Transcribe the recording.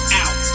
out